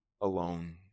alone